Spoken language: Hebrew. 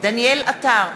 דניאל עטר,